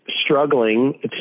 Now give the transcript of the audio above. struggling